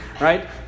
right